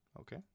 Okay